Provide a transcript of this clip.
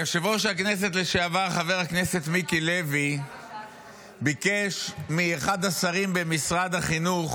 יושב-ראש הכנסת לשעבר חבר הכנסת מיקי לוי ביקש מאחד השרים במשרד החינוך